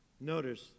Notice